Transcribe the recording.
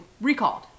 recalled